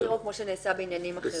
כמו שנעשה בעניינים אחרים.